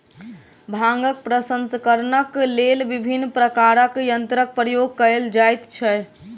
भांगक प्रसंस्करणक लेल विभिन्न प्रकारक यंत्रक प्रयोग कयल जाइत छै